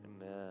amen